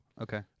Okay